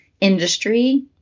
industry